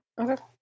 Okay